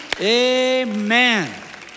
Amen